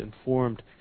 informed